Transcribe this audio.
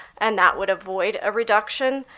and that would avoid a reduction.